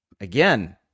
again